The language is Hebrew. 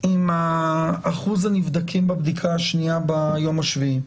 עם אחוז הנבדקים בבדיקה השנייה ביום השביעי.